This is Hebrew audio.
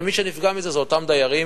ומי שנפגע מזה אלה אותם דיירים